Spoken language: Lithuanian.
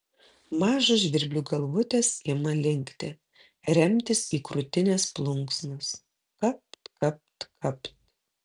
mažos žvirblių galvutės ima linkti remtis į krūtinės plunksnas kapt kapt kapt